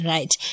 Right